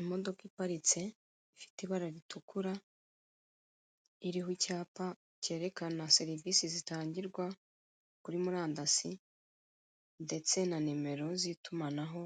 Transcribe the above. Imodoka iparitse ifite ibara ritukura iriho icyapa kerekene serivise zitangirwa kuri murandasi, ndetse na nimero z'itumanaho